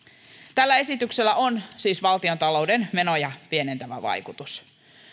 tällä esityksellä on siis valtiontalouden menoja pienentävä vaikutus